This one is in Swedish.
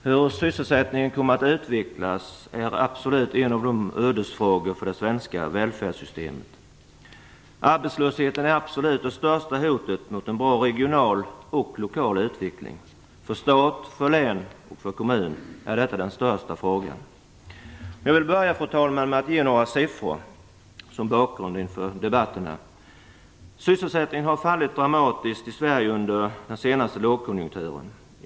Fru talman! Hur sysselsättningen kommer att utvecklas är absolut en ödesfråga för det svenska välfärdssystemet. Arbetslösheten är avgjort det största hotet mot en bra regional och lokal utveckling. För stat, för län och för kommuner är detta den största frågan. Jag skall, fru talman, börja med att ge några siffror som bakgrund till debatten. Sysselsättningen har fallit dramatiskt i Sverige under den senaste lågkonjunkturen.